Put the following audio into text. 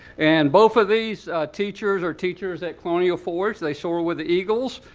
and both of these teachers are teachers at colonial forge. they soar with the eagles.